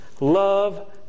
Love